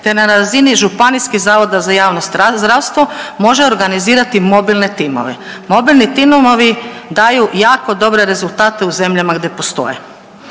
te na razini županijskih zavoda za javno zdravstvo može organizirati mobilne timove. Mobilni timovi daju jako dobre rezultate u zemljama gdje postoje.